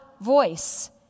voice